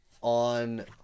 on